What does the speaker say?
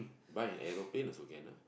buy an aeroplane also can ah